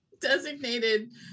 designated